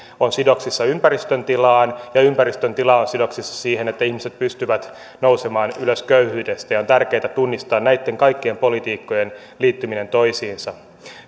on sidoksissa ympäristön tilaan ja ympäristön tila on sidoksissa siihen että ihmiset pystyvät nousemaan ylös köyhyydestä on tärkeätä tunnistaa näitten kaikkien politiikkojen liittyminen toisiinsa